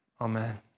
amen